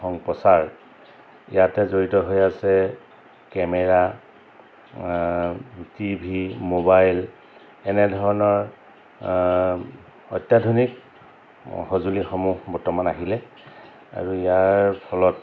সম্প্ৰচাৰ ইয়াতে জড়িত হৈ আছে কেমেৰা টিভি মোবাইল এনেধৰণৰ অত্যাধুনিক সঁজুলিসমূহ বৰ্তমান আহিলে আৰু ইয়াৰ ফলত